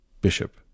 Bishop